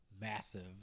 massive